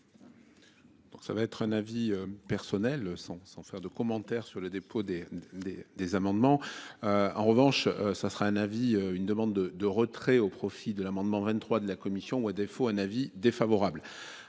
ça va être un avis personnel sans sans faire de commentaires sur les dépôts des des des amendements. En revanche, ça sera un avis, une demande de retrait au profit de l'amendement 23 de la commission, ou à défaut un avis défavorable